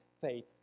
faith